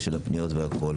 של הפניות והכול,